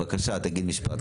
בבקשה, תגיד משפט.